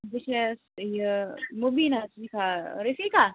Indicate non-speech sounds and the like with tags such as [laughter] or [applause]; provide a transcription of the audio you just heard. بہٕ چھیٚس یہِ مُبیٖنہ [unintelligible] رفیٖقہ